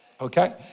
Okay